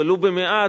ולו במעט,